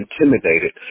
intimidated